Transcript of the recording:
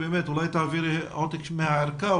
תעבירי עותק מהערכה,